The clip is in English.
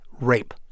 rape